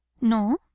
No